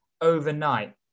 overnight